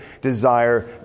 desire